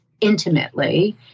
intimately